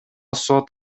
сот